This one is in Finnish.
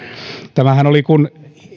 kun